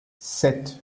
sept